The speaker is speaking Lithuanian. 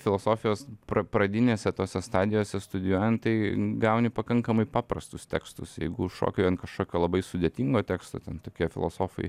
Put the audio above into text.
filosofijos pra pradinėse tose stadijose studijuojant tai gauni pakankamai paprastus tekstus jeigu šoki ant kažkokio labai sudėtingo teksto ten tokie filosofai